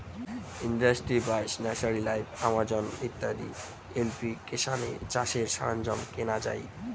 industry Buys, Nursery Live, Amazon ইত্যাদি এপ্লিকেশানে চাষের সরঞ্জাম কেনা যাই